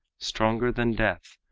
stronger than death,